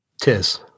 Tis